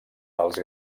dels